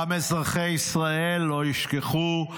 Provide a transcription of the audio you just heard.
גם אזרחי ישראל לא ישכחו: